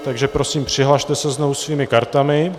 Takže prosím, přihlaste se znovu svými kartami.